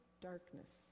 darkness